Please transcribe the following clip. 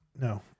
No